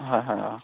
হয় হয় অ